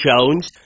Jones